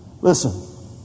listen